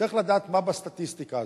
צריך לדעת מה בסטטיסטיקה הזאת.